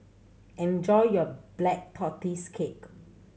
enjoy your Black Tortoise Cake